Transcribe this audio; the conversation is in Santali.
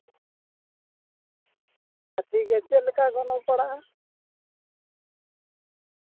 ᱴᱷᱤᱠᱜᱮᱭᱟ ᱪᱮᱫᱞᱮᱠᱟ ᱜᱚᱱᱚᱝ ᱯᱟᱲᱟᱜᱼᱟ